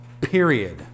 period